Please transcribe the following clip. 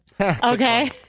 Okay